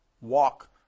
walk